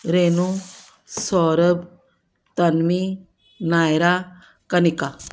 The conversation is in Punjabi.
ਰੇਨੂੰ ਸੌਰਵ ਤਨਵੀ ਨਾਇਰਾ ਕਨਿਕਾ